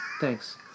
Thanks